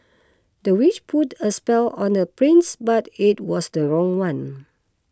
the witch put a spell on the prince but it was the wrong one